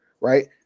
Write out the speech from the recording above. right